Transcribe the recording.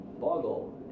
boggle